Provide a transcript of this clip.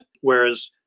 Whereas